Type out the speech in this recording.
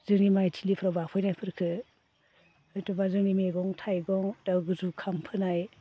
जोंनि माइथिलिफोराव बाफैनायफोरखौ हयतुबा जोंनि मैगं थाइगं बा जुखाम फोनाय